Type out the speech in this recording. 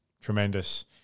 tremendous